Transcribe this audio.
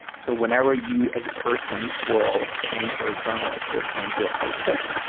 so whenever you as a person will change or a journalist will change your outfit,